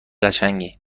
قشنگی